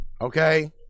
okay